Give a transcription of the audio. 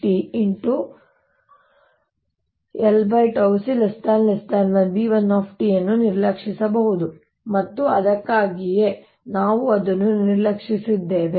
B₀ l𝜏 c 1 B₁ ಅನ್ನು ನಿರ್ಲಕ್ಷಿಸಬಹುದು ಮತ್ತು ಅದಕ್ಕಾಗಿಯೇ ನಾವು ಅದನ್ನು ನಿರ್ಲಕ್ಷಿಸಿದ್ದೇವೆ